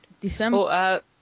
December